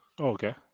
Okay